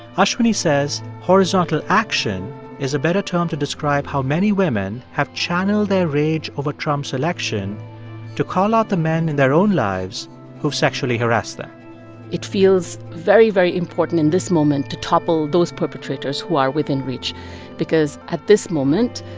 ashwini says, horizontal action is a better term to describe how many women have channeled their rage over trump's election to call out the men in their own lives who sexually harass them it feels very, very important in this moment to topple those perpetrators who are within reach because, at this moment,